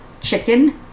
chicken